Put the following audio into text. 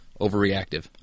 overreactive